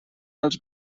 els